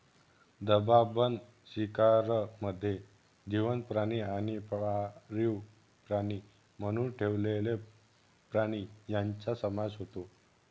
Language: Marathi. डबाबंद शिकारमध्ये जिवंत प्राणी आणि पाळीव प्राणी म्हणून ठेवलेले प्राणी यांचा समावेश होतो